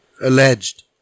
Alleged